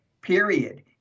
period